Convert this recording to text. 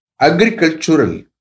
agricultural